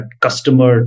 customer